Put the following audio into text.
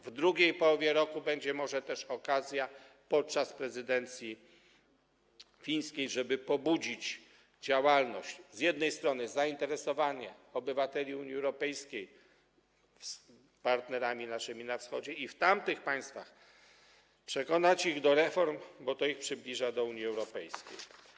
W drugiej połowie roku będzie może też okazja podczas prezydencji fińskiej, żeby pobudzić działalność: z jednej strony zainteresowanie obywateli Unii Europejskiej naszymi partnerami na Wschodzie, z drugiej chodzi o to, by w tamtych państwach przekonać ich do reform, bo to ich przybliża do Unii Europejskiej.